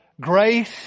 grace